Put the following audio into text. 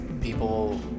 people